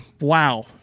Wow